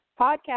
podcast